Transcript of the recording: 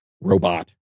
robot